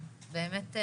באמת,